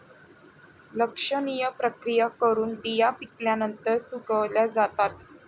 लक्षणीय प्रक्रिया करून बिया पिकल्यानंतर सुकवल्या जातात